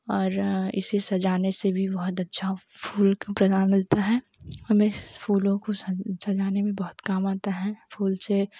और इसे सजाने से भी बहुत अच्छा फूल का पौधा मिलता है हमें इस फूलों को सजाने में बहुत काम आता हैं फूल से